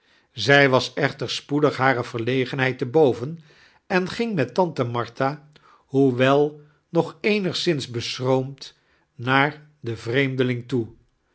zij was echter spoedig hare verlegenheid te boven en ging met tante martha hoewel niog eemigszins beschroomd naar den vreemdeling toe